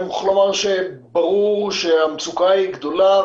אני מוכרח לומר שברור שהמצוקה היא גדולה,